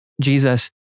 Jesus